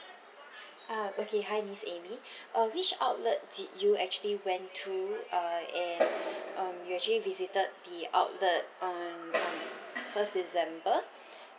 ah okay hi miss amy uh which outlet did you actually went to uh and um you actually visited the outlet on um first december